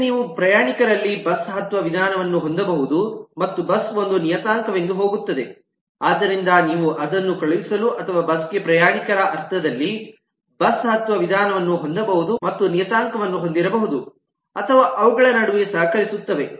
ಈಗ ನೀವು ಪ್ರಯಾಣಿಕರಲ್ಲಿ ಬಸ್ ಹತ್ತುವ ವಿಧಾನವನ್ನು ಹೊಂದಬಹುದು ಮತ್ತು ಬಸ್ ಒಂದು ನಿಯತಾಂಕದಂತೆ ಹೋಗುತ್ತದೆ ಆದ್ದರಿಂದ ನೀವು ಅದನ್ನು ಕಳುಹಿಸಲು ಅಥವಾ ಬಸ್ ಗೆ ಪ್ರಯಾಣಿಕರ ಅರ್ಥದಲ್ಲಿ ಬಸ್ ಹತ್ತುವ ವಿಧಾನವನ್ನು ಹೊಂದಬಹುದು ಮತ್ತು ನಿಯತಾಂಕವನ್ನು ಹೊಂದಿರಬಹುದು ಅಥವಾ ಅವುಗಳ ನಡುವೆ ಸಹಕರಿಸುತ್ತವೆ